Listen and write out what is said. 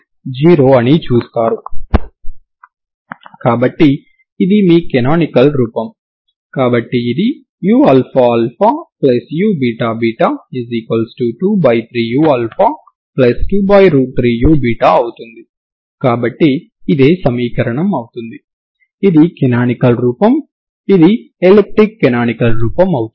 x 0 వద్ద మీరు stiffness k వున్న స్ట్రింగ్ కు అనుసంధానించవచ్చు దానివల్ల వాస్తవానికి ఈ వాలు ఈ స్థిరాంకం లో స్దాన భ్రంశంకు అనులోమానుపాతంలో ఉంటుంది సరేనా మీరు x 0 వద్ద స్టిఫ్నెస్ k వున్న స్ట్రింగ్ తో అనుసంధానిస్తే ఇది స్ట్రింగ్ కోసం షరతు అవుతుంది